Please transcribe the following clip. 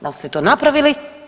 Dal ste to napravili?